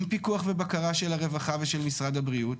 עם פיקוח ובקרה של הרווחה ושל משרד הבריאות.